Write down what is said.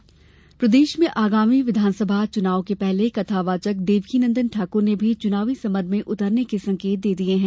देवकीनंदन ठाकुर प्रदेश में आगामी विधानसभा चुनाव के पहले कथावाचक देवकीनंदन ठाकुर ने भी चुनावी समर में उतरने के संकेत दिए हैं